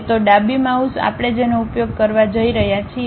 તો ડાબી માઉસ આપણે જેનો ઉપયોગ કરવા જઈ રહ્યા છીએ